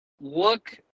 look